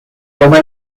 toma